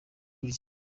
kurya